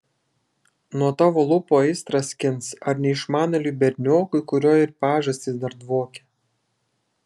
nuo tavo lūpų aistrą skins ar neišmanėliui berniokui kurio ir pažastys dar dvokia